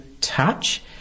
touch